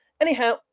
Anyhow